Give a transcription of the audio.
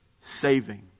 saving